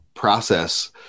process